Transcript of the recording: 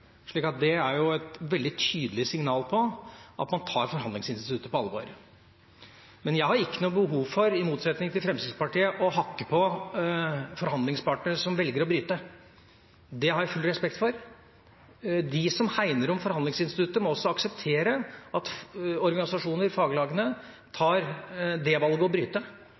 det er jo et veldig tydelig signal om at man tar forhandlingsinstituttet på alvor. Men jeg har ikke, i motsetning til Fremskrittspartiet, noe behov for å hakke på forhandlingsparter som velger å bryte. Det har jeg full respekt for. De som hegner om forhandlingsinstituttet, må også akseptere at organisasjoner, faglagene, tar det valget å bryte.